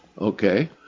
Okay